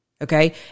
okay